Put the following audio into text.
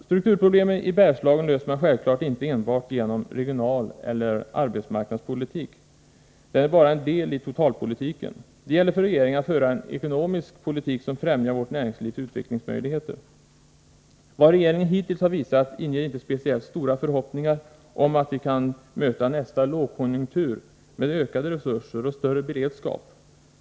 Strukturproblem i Bergslagen löser man självfallet inte enbart genom regionaleller arbetsmarknadspolitik. De är bara delar i totalpolitiken. Det gäller för regeringen att föra en ekonomisk politik som främjar vårt näringslivs utvecklingsmöjligheter. Vad regeringen hittills har visat inger inte speciellt stora förhoppningar om att vi kan möta nästa lågkonjunktur med ökade resurser och större beredskap.